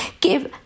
give